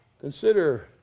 Consider